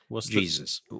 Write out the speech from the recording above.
Jesus